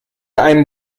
einem